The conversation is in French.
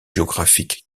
géographique